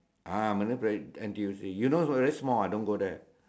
ah marine Parade N_T_U_C you know very small ah don't go there